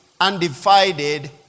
undivided